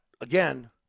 again